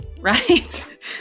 right